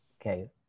Okay